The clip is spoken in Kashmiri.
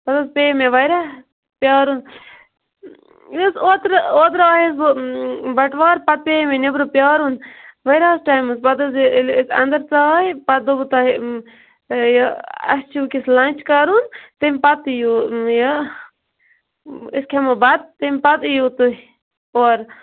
پَتہ حظ پیٚیے مےٚ واریاہ پیارُن یُس اوترٕ اوترٕ آیَس بہٕ بَٹوار پَتہٕ پیٚیے مےٚ نیٚبرٕ پیارُن واریاہَس ٹایمَس پَتہٕ حظ ییٚلہِ حظ أسۍ اندر ژاے پَتہٕ دوٚپوٕ تۄہہِ یہِ اَسہِ چھُ ونکیٚس لَنچ کَرُن تمہ پَتہٕ یِیِو یہِ أسۍ کھیٚمو بَتہٕ تمہِ پَتہٕ یِیِو تُہۍ اورٕ